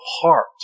heart